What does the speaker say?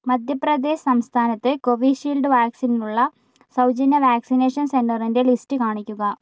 മധ്യ പ്രദേശ് സംസ്ഥാനത്തെ കോവീഷീൽഡ് വാക്സിനിനുള്ള സൗജന്യ വാക്സിനേഷൻ സെൻ്ററിൻറെ ലിസ്റ്റ് കാണിക്കുക